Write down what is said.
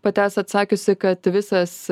pati esat atsakiusi kad visas